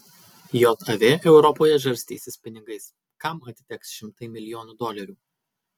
jav europoje žarstysis pinigais kam atiteks šimtai milijonų dolerių